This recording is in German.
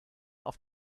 auf